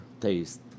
taste